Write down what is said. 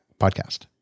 podcast